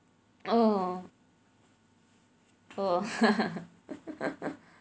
oh oh